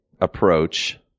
approach